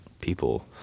people